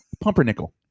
Pumpernickel